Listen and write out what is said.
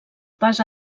pas